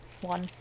one